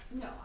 No